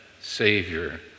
Savior